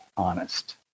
honest